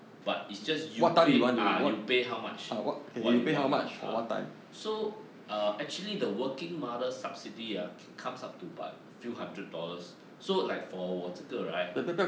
but is just you pay ah you pay how much what you want lah ah so uh actually the working mother subsidy ah can comes up to bout few hundred dollars so like for 我这个 right